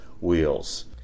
wheels